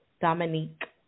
Dominique